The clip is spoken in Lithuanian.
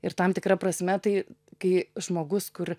ir tam tikra prasme tai kai žmogus kur